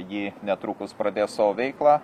ji netrukus pradės savo veiklą